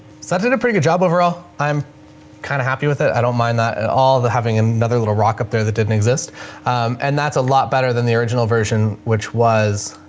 such a pretty good job overall. i'm kind of happy with it. i don't mind that at all. the having another little rock up there that didn't exist and that's a lot better than the original version, which was